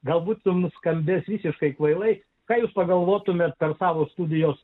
galbūt nuskambės visiškai kvailai ką jūs pagalvotumėte startavo studijos